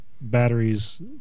batteries